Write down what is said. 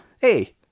hey